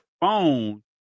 phone